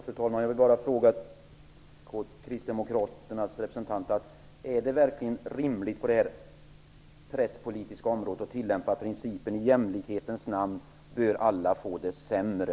Fru talman! Jag vill bara fråga kristdemokraternas representant: Är det verkligen rimligt att på det presspolitiska området tillämpa principen att alla i jämlikhetens namn bör få det sämre?